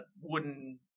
wooden